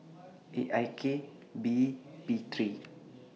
A I K B P three